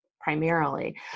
primarily